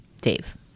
dave